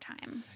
time